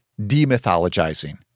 demythologizing